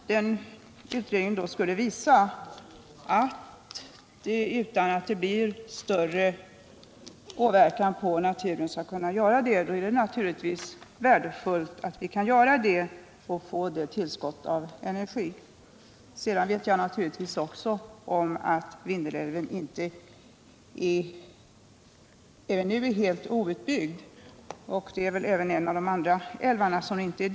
Men om utredningen skulle visa att det är möjligt att genomföra åtgärden utan att det blir någon större åverkan på naturen, är det naturligtvis värdefullt att man gör detta, så att vi därmed kan få ett tillskott av elenergi. Jag vet naturligtvis också om att Vindelälven redan nu inte är helt outbyggd, och det gäller även en av de andra älvarna av samma kategori.